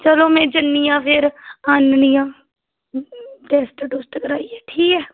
चलो में जन्नी आं फिर आह्ननी आं टेस्ट करियै